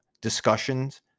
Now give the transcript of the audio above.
discussions